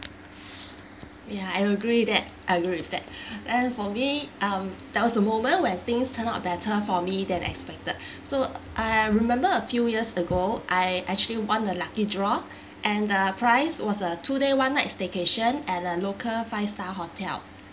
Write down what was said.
ya I agree that I agree with that and for me um that was the moment when things turn out better for me than expected so I remember a few years ago I actually won the lucky draw and the prize was a two day one night staycation at a local five star hotel